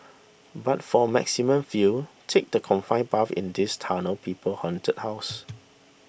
but for maximum feels take the confined path in this Tunnel People Haunted House